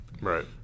Right